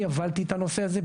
אני הובלתי את הנושא הזה,